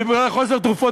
ובגלל חוסר תרופות,